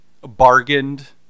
bargained